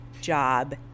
job